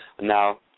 Now